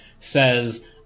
says